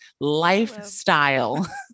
lifestyle